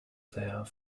there